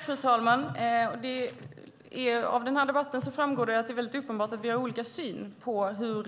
Fru talman! Av den här debatten framgår det att det är väldigt uppenbart att vi har olika syn på hur